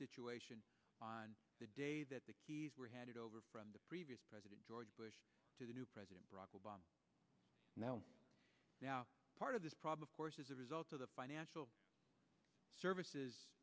situation on the day that they were headed over from the previous president george bush to the new president barack obama now now part of this problem of course is a result of the financial services